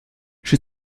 j’ai